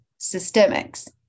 systemics